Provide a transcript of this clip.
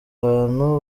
ahantu